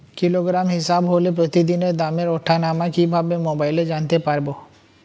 Kilogram হিসাবে হলে প্রতিদিনের দামের ওঠানামা কিভাবে মোবাইলে জানতে পারবো?